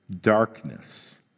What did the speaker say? darkness